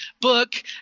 book